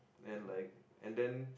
and like and then